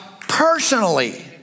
personally